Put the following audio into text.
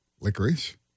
licorice